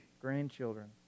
grandchildren